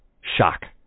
Shock